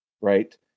right